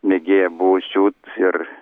mėgėja buvo siūt ir